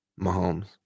Mahomes